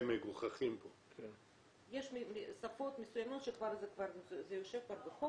יש שפות מסוימות שזה נמצא כבר בחוק,